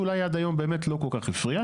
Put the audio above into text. שאולי עד היום באמת לא כל כך הפריע,